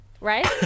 Right